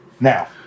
Now